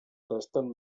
resten